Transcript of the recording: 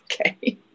Okay